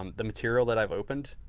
um the material that i've opened,